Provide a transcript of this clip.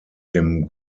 dem